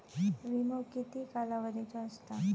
विमो किती कालावधीचो असता?